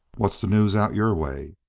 what's the news out your way?